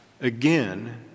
again